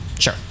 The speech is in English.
Sure